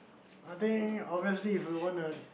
a day obviously if we wanna